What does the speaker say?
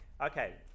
okay